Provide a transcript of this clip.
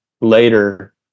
later